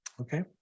Okay